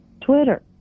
Twitter